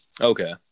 Okay